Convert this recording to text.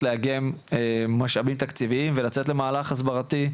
לעגן משאבים תקציביים ולצאת למהלך הסברתי,